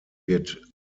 wird